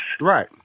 Right